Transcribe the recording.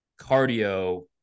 cardio